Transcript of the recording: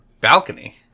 balcony